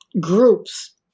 groups